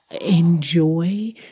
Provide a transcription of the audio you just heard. enjoy